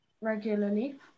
regularly